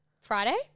Friday